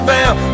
Bell